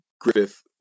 Griffith